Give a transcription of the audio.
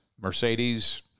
Mercedes